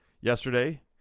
Yesterday